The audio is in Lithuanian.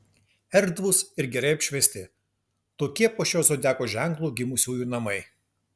erdvūs ir gerai apšviesti tokie po šiuo zodiako ženklu gimusiųjų namai